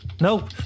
Nope